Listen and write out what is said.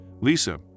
Lisa